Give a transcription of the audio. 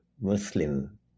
Muslim